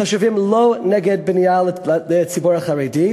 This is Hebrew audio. התושבים לא נגד בנייה לציבור החרדי,